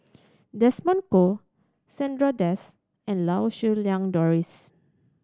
Desmond Kon Chandra Das and Lau Siew Lang Doris